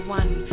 one